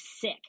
sick